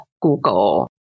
Google